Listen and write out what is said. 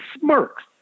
smirks